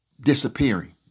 disappearing